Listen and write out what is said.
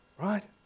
right